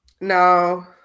No